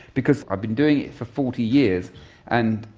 because i've been doing it for forty years and,